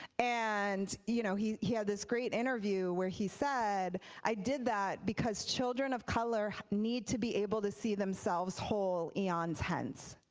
and you know he he had this great interview where he said i did that because children of color need to be able to see themselves as whole beyond tense.